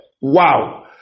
Wow